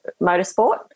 motorsport